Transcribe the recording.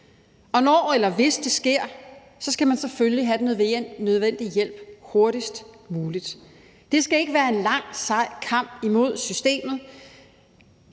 og når eller hvis det sker, skal man selvfølgelig have den nødvendige hjælp hurtigst muligt. Det skal ikke være en lang og sej kamp imod systemet,